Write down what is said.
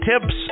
tips